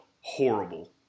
horrible